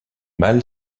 mal